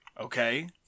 Okay